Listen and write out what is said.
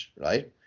right